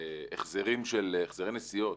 החזרי נסיעות.